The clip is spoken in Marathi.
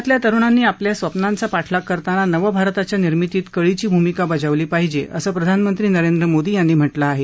देशातल्या तरुणांनी आपल्या स्वप्नांचा पाठलाग करताना नव भारताच्या निर्मितीत कळीची भूमिका बजावली पाहिजे असं प्रधानमंत्री नरेंद्र मोदी यांनी म्हटलं आहे